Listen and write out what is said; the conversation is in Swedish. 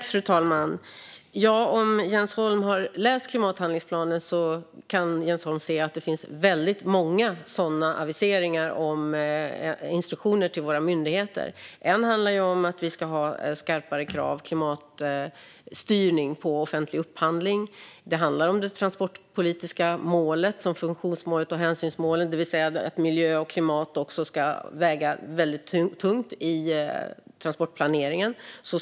Fru talman! Ja, om Jens Holm har läst klimathandlingsplanen har han kunnat se att det finns väldigt många sådana aviseringar om instruktioner till våra myndigheter. En av dem handlar om att vi ska ha skarpare krav gällande klimatstyrning vid offentlig upphandling. En annan handlar om de transportpolitiska målen, som funktionsmålet och hänsynsmålen - miljö och klimat ska också väga väldigt tungt i transportplaneringen.